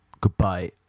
Goodbye